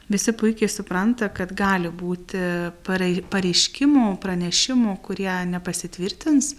visi puikiai supranta kad gali būti parei pareiškimų pranešimų kurie nepasitvirtins